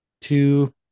two